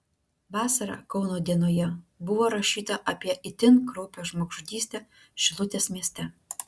vasarą kauno dienoje buvo rašyta apie itin kraupią žmogžudystę šilutės mieste